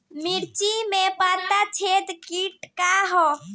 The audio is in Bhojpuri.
मिर्च में पता छेदक किट का है?